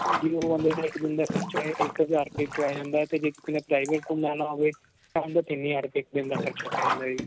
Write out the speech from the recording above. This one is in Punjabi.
ਜੀ ਓਹ ਉਹਨਾਂ ਦੇ ਇੱਕ ਦਿਨ ਦਾ ਖਰਚਾ ਹੈ ਇੱਕ ਹਜ਼ਾਰ ਰੁਪਏ ਪੈ ਜਾਂਦਾ ਅਤੇ ਜੇ ਕਿਸੀ ਨੇ ਪ੍ਰਾਈਵੇਟ ਹੋਵੇ ਤਾਂ ਉਹਦਾ ਤਿੰਨ ਹਜ਼ਾਰ ਰੁਪਏ ਇੱਕ ਦਿਨ ਦਾ ਖਰਚਾ ਪੈ ਜਾਂਦਾ ਜੀ